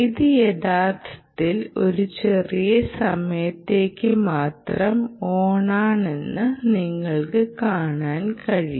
ഇത് യഥാർത്ഥത്തിൽ ഒരു ചെറിയ സമയത്തേക്ക് മാത്രം ഓണാണെന്ന് നിങ്ങൾക്ക് കാണാൻ കഴിയും